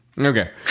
Okay